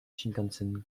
shinkansen